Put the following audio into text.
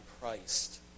Christ